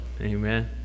Amen